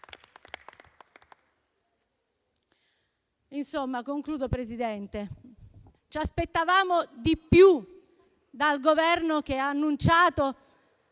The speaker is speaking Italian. In conclusione, Presidente, ci aspettavamo di più dal Governo che ha annunciato